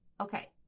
okay